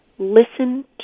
Listen